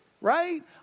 right